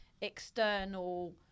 external